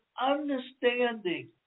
understanding